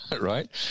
Right